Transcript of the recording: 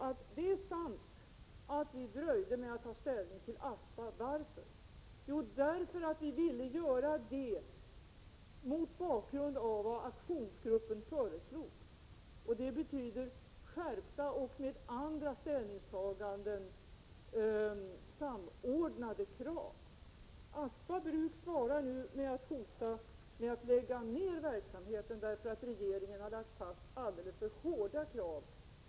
Det är sant att vi dröjde med att ta ställning till Aspa bruk. Men det var därför att vi ville göra det mot bakgrund av vad aktionsgruppen föreslog. Det betyder skärpta och med andra ställningstaganden samordnade krav. Aspa bruk svarar nu genom att hota med att lägga ned verksamheten därför att regeringen lagt fast alldeles för hårda krav.